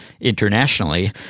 internationally